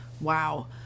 wow